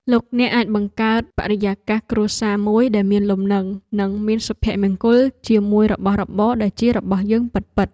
លោកអ្នកអាចបង្កើតបរិយាកាសគ្រួសារមួយដ៏មានលំនឹងនិងមានសុភមង្គលជាមួយរបស់របរដែលជារបស់យើងពិតៗ។